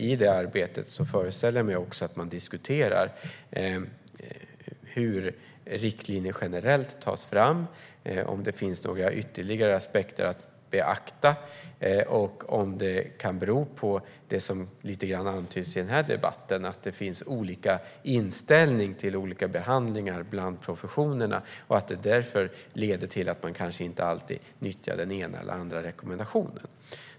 I detta arbete föreställer jag mig att man diskuterar hur riktlinjer generellt tas fram, om det finns ytterligare aspekter att beakta och om det kan bero på det som antyds i den här debatten, nämligen att det bland professionerna finns olika inställningar till olika behandlingar och att det därför leder till att man inte alltid nyttjar den ena eller andra rekommendationen.